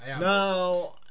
no